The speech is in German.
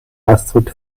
astrid